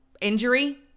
injury